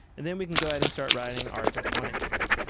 and then we can go ahead and start writing our component here.